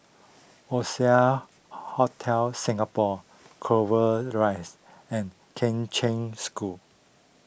Oasia Hotel Singapore Clover Rise and Kheng Cheng School